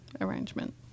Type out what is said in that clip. arrangement